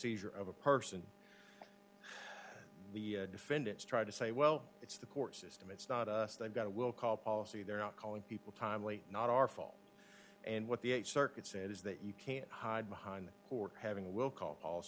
seizure of a person the defendants tried to say well it's the court system it's not us they've got a we'll call policy they're not calling people timely not our fault and what the th circuit said is that you can't hide behind the court having a will call